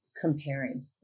comparing